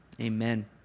amen